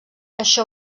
això